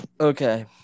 Okay